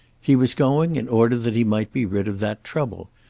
he was going in order that he might be rid of that trouble,